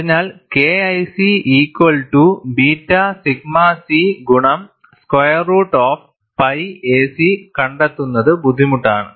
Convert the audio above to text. അതിനാൽ KIC equal to beta sigma C ഗുണം square root of pi a c കണ്ടെത്തുന്നത് ബുദ്ധിമുട്ടാണ്